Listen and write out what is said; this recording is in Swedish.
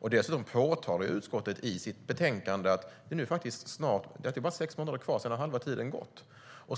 Dessutom påpekar utskottet i betänkandet att det bara är sex månader kvar innan halva tiden har gått.